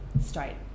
straight